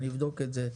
אני אבדוק את זה.